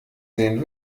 sehen